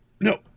No